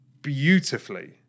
beautifully